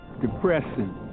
depressing